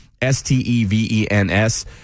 s-t-e-v-e-n-s